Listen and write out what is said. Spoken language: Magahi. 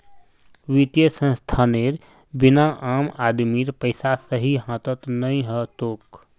वित्तीय संस्थानेर बिना आम आदमीर पैसा सही हाथत नइ ह तोक